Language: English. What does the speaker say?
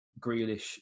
Grealish